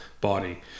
body